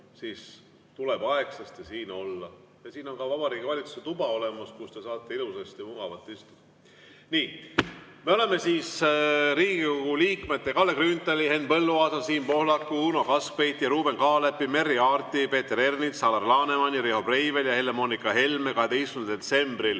siis tuleb aegsasti siin olla. Siin on ka Vabariigi Valitsuse tuba olemas, kus te saate ilusasti mugavalt istuda. Nii. Me oleme siis Riigikogu liikmete Kalle Grünthali, Henn Põlluaasa, Siim Pohlaku, Uno Kaskpeiti, Ruuben Kaalepi, Merry Aarti, Peeter Ernitsa, Alar Lanemani, Riho Breiveli ja Helle-Moonika Helme 12. detsembril